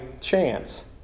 chance